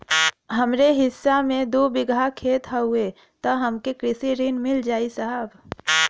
हमरे हिस्सा मे दू बिगहा खेत हउए त हमके कृषि ऋण मिल जाई साहब?